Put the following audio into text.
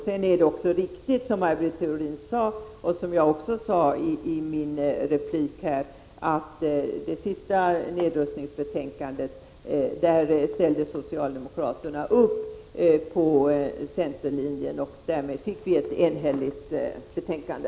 Sedan är det också riktigt som Maj Britt Theorin sade och som jag anförde i min replik, att socialdemokraterna i det senaste nedrustningsbetänkandet ställde upp på centerlinjen, och därmed fick vi ett enhälligt betänkande.